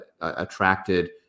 attracted